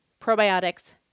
probiotics